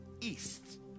east